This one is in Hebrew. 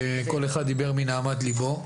כל אחד דיבר מנהמת ליבו,